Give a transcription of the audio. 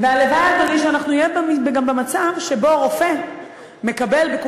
שנהיה גם במצב שבו רופא בקופת-החולים,